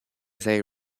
they